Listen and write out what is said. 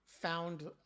found